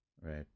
right